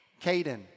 Caden